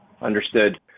Understood